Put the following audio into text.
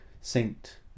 saint